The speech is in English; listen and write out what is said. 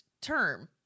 term